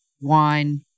wine